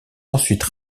ensuite